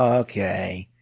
okay,